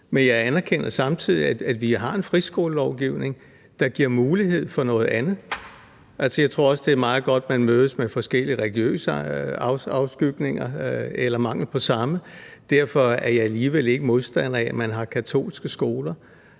Men jeg anerkender samtidig, at vi har en friskolelovgivning, der giver mulighed for noget andet. Altså, jeg tror også, det er meget godt, at man mødes med folk af forskellige religiøse afskygninger eller mangel på samme, men derfor er jeg alligevel ikke modstander af, at man har katolske skoler.